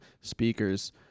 speakers